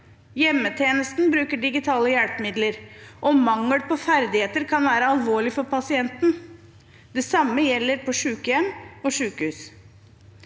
Hjemmetjenesten bruker digitale hjelpemidler, og mangel på ferdigheter kan være alvorlig for pasienten. Det samme gjelder på sykehjem og på sykehus.